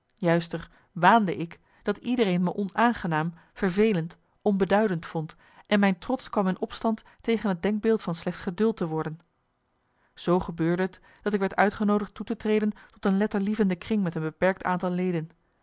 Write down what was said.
juister waande ik dat iedereen me onaangenaam vervelend onbeduidend vond en mijn trots kwam in opstand tegen het denkbeeld van slechts geduld te worden zoo gebeurde t dat ik werd uitgenoodig toe te treden tot een letterlievende kring met een beperkt aantal leden